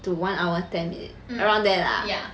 to one hour ten minute around there lah